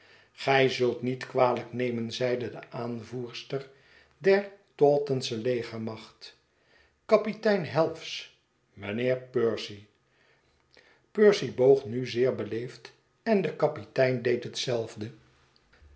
gij zult niet kwalijk neraen zeide de aanvoerster der tauntonsche legermacht kapitein helves mijnheer percy percy boog nu zeer beleefd en de kapitein deed hetzelfde